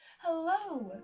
hello!